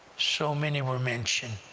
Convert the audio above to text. so many were mentioned,